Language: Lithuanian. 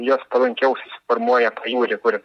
jos palankiau formuoja pajūrį kur